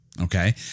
okay